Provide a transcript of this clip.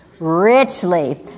Richly